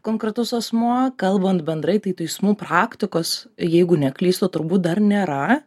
konkretus asmuo kalbant bendrai tai teismų praktikos jeigu neklystu turbūt dar nėra